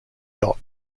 dot